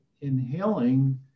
inhaling